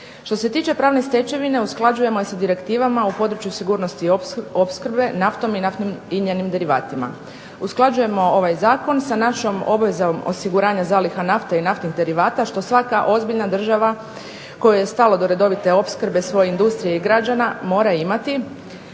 Što se tiče pravne stečevine usklađujemo je sa direktivama u području sigurnosti i opskrbe naftom i njenim derivatima. Usklađujemo ovaj zakon sa našom obvezom osiguranja zaliha nafte i naftnih derivata što svaka ozbiljna država kojoj je stalo do redovite opskrbe svoje industrije i građana mora imati